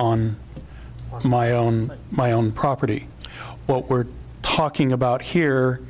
on my own my own property what we're talking about here